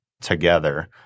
together